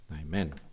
Amen